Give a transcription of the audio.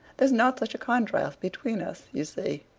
there's not such a contrast between us, you see.